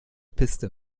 piste